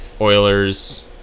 Oilers